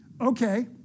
okay